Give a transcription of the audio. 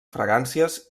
fragàncies